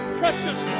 precious